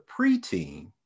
preteen